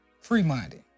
Free-minded